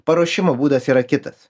paruošimo būdas yra kitas